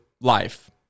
life